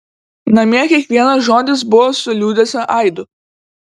namie kiekvienas žodis buvo su liūdesio aidu